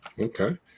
Okay